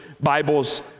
Bibles